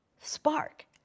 spark